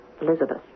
Elizabeth